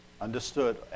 understood